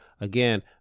again